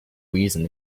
reason